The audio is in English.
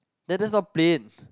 that that's not plain